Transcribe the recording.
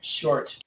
short